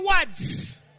words